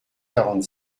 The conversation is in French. quarante